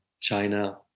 China